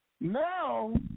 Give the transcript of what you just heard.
Now